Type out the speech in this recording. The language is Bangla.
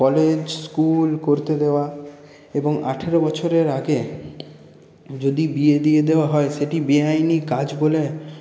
কলেজ স্কুল করতে দেওয়া এবং আঠারো বছরের আগে যদি বিয়ে দিয়ে দেওয়া হয় সেটি বেআইনি কাজ বলে